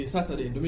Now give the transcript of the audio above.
Saturday